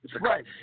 Right